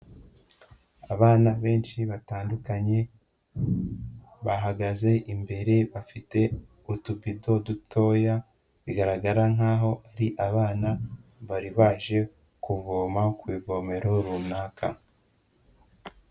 Abana benshi batandukanye bahagaze imbere, bafite utubido dutoya, bigaragara nk'aho ari abana bari baje kuvoma ku ivomero runaka.